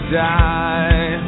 die